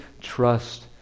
trust